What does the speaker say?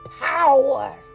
power